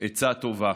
עצה טובה.